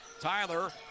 Tyler